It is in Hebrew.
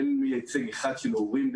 אין מייצג אחד של הורים.